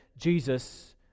Jesus